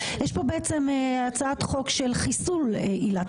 יש פה הצעת חוק של חיסול עילת